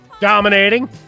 Dominating